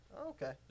Okay